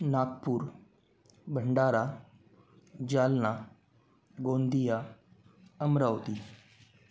Nagpur Bhandara Jalna Gondia Amravati